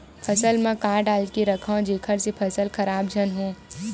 फसल म का डाल के रखव जेखर से फसल खराब झन हो?